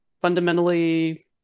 fundamentally